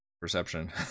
perception